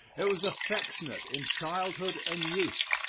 it was affectionate in childhood and youth,